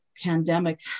pandemic